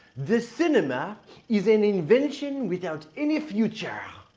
this cinema is in invention without any future.